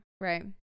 Right